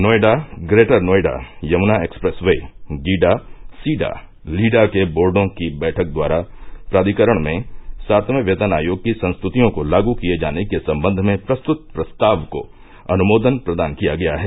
Noida greater Noida Yamuna express ये गीडा सीडा लीडा के बोर्डो की बैठक द्वारा प्राधिकरण में सातवें वेतन आयोग की संस्तृतियों को लागू किये जाने के संबंध में प्रस्तुत प्रस्ताव को अनुभोदन प्रदान किया गया है